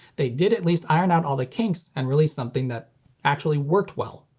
they did at least iron out all the kinks and release something that actually worked well.